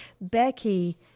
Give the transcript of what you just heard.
Becky